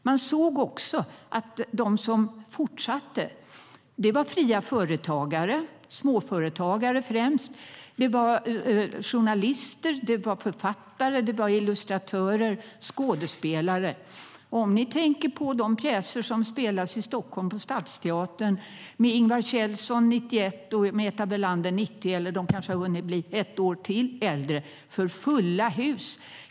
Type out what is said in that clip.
Man såg också att de som fortsatte var fria företagare, småföretagare, journalister, författare, illustratörer och skådespelare.De pjäser som spelas på Stadsteatern i Stockholm med Ingvar Kjellson, 91 år, och Meta Velander, 90 år - de har kanske har hunnit bli ytterligare ett år äldre - går för fulla hus.